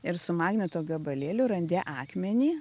ir su magneto gabalėliu randi akmenį